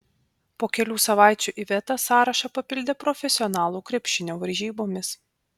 po kelių savaičių iveta sąrašą papildė profesionalų krepšinio varžybomis